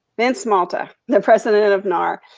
vince malta, the president of nar.